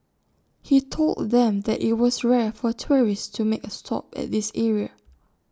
he told them that IT was rare for tourists to make A stop at this area